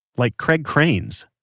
like craig crane's.